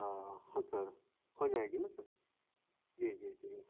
ہاں ہاں سر ہو جائے گی نا سر جی جی جی